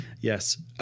Yes